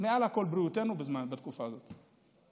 מעל הכול בריאותנו בתקופה הזאת.